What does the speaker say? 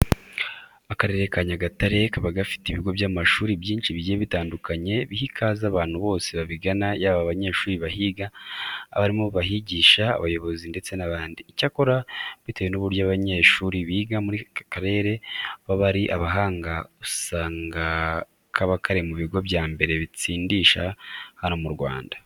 Akarere ka Nyagatare kaba gafite ibigo by'amashuri byinshi bigiye bitandukanye biha ikaze abantu bose babigana yaba abanyeshuri bahiga, abarimu bahigisha, abayobozi ndetse n'abandi. Icyakora bitewe n'uburyo abanyeshuri biga muri aka karere baba ari abahanga, usanga kaba kari mu bigo bya mbere bitsindisha hano mu Rwanda.